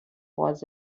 was